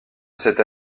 cette